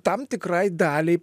tam tikrai daliai